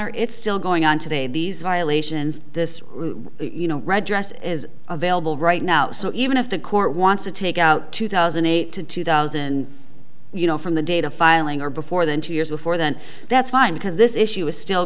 or it's still going on today these violations this you know red dress is available right now so even if the court wants to take out two thousand and eight to two thousand you know from the data filing or before then two years before then that's fine because this issue is still